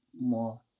more